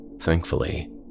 thankfully